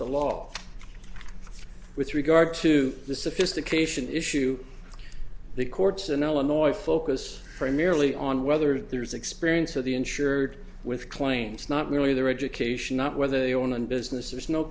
the law with regard to the sophistication issue the courts in illinois focus primarily on whether there's experience of the insured with claims not merely their education not whether they own business there's no